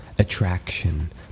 Attraction